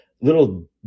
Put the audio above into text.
little